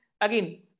again